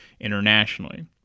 internationally